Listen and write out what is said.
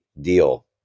deal